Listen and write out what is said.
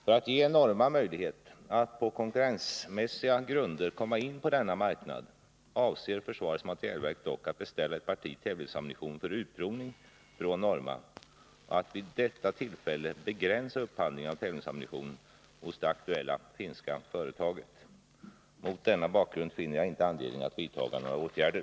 För att ge Norma möjlighet att på konkurrensmässiga grunder komma in på denna marknad avser försvarets materielverk dock att beställa ett parti tävlingsammunition för utprovning från Norma och att vid detta tillfälle begränsa upphandlingen av tävlingsammunition hos det aktuella finska företaget. Mot denna bakgrund finner jag inte anledning att vidtaga några åtgärder.